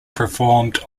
performed